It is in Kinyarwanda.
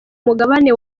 mugabane